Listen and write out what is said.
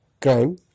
crime